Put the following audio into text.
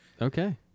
okay